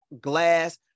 glass